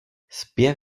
zpěv